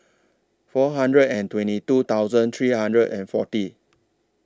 four hundred and twenty two thousand three hundred and forty